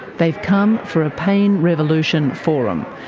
they've come for a pain revolution forum.